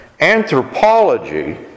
anthropology